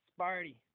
Sparty